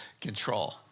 control